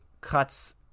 cuts